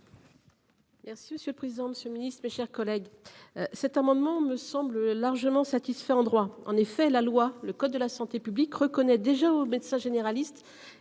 Merci monsieur le président, monsieur Ministre, mes chers collègues. Cet amendement me semble largement satisfait en droit, en effet, la loi, le code de la santé publique reconnaît déjà au médecin généraliste,